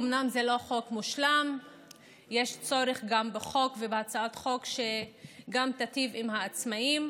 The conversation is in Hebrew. אומנם זה לא חוק מושלם ויש צורך בהצעת חוק שגם תיטיב עם העצמאים,